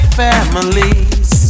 families